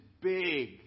big